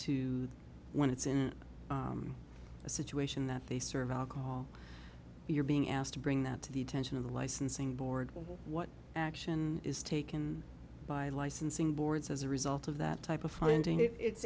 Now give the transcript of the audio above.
to when it's in a situation that they serve alcohol you're being asked to bring that to the attention of the licensing board bill what action is taken by licensing boards as a result of that type of finding if it's